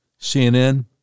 CNN